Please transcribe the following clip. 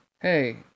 Hey